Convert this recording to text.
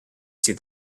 see